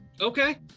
Okay